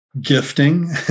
gifting